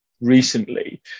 recently